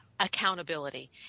accountability